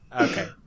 Okay